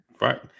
Right